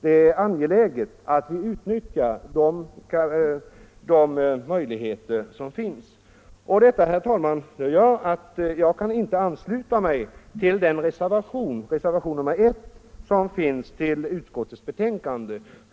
Det är angeläget att utnyttja de möjligheter som finns. Allt detta, herr talman, gör att jag inte kan ansluta mig till den reservation nr I som finns fogad till utskottets betänkande.